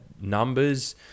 numbers